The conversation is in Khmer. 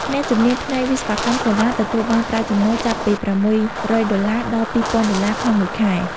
អ្នកជំនាញផ្នែកវិស្វកម្មសូឡាទទួលបានប្រាក់ចំណូលចាប់ពី ៦០០ ដុល្លារ ដល់ ២,០០០ ដុល្លារ ក្នុងមួយខែ។